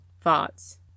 thoughts